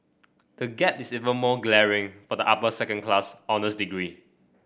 the gap is even more glaring for the upper second class honours degree